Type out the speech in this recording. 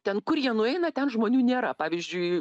ten kur jie nueina ten žmonių nėra pavyzdžiui